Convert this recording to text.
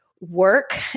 work